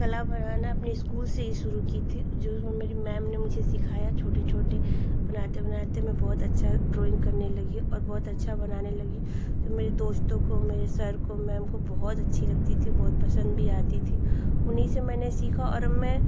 कला बराहना अपने इस्कूल से ही शुरू कि थी जो मेरी मैम ने मुझे सिखाया छोटे छोटे बनाते बनाते मैं बहुत अच्छा ड्राइंग करने लगी और बहुत अच्छा बनाने लगी जब मेरे दोस्तों को मेरे सर को मैम को बहुत अच्छी लगती थी बहुत पसंद भी आती थी उन्हीं से मैंने सिखा और अब मैं